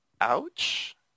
Ouch